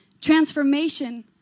Transformation